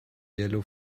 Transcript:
yellow